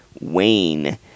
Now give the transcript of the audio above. Wayne